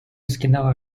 skinęła